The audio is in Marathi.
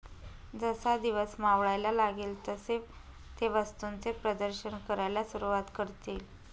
जसा दिवस मावळायला लागेल तसे ते वस्तूंचे प्रदर्शन करायला सुरुवात करतील